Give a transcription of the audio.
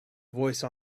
voice